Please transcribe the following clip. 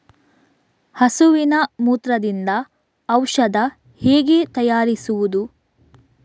ಹಸುವಿನ ಮೂತ್ರದಿಂದ ಔಷಧ ಹೇಗೆ ತಯಾರಿಸುವುದು?